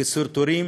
קיצור תורים